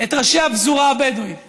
את ראשי הפזורה הבדואית